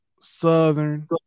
Southern